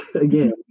again